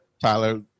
tyler